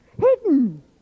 Hidden